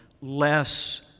less